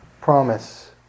promise